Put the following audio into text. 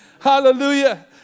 Hallelujah